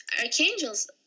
Archangels